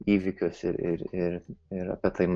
įvykius ir ir ir ir apie tai